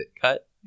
cut